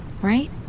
right